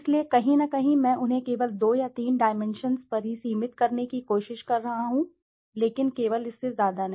इसलिए कहीं न कहीं मैं उन्हें केवल 2 या 3 डाइमेंशन्स पर ही सीमित करने की कोशिश कर रहा हूं लेकिन केवल इससे ज्यादा नहीं